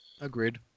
Agreed